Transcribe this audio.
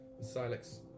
Silex